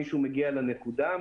מישהו מגיע לנקודה,